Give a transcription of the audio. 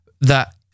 that-